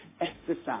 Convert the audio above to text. Exercise